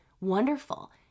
wonderful